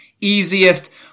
easiest